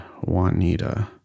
Juanita